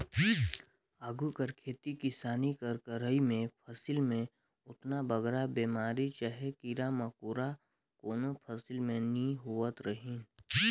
आघु कर खेती किसानी कर करई में फसिल में ओतना बगरा बेमारी चहे कीरा मकोरा कोनो फसिल में नी होवत रहिन